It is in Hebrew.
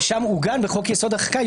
שם עוגנו בחוק-יסוד: החקיקה,